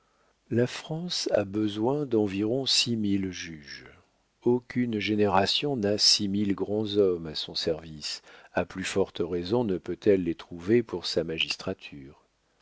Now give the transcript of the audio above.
la france a besoin d'environ six mille juges aucune génération n'a six mille grands hommes à son service à plus forte raison ne peut-elle les trouver pour sa magistrature